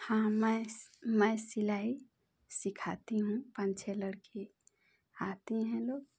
हाँ मैं मैं सिलाई सिखाती हूँ पाँच छः लड़की आती है लोग